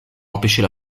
empêcher